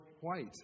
white